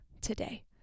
today